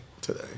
today